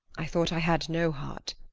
i thought i had no heart.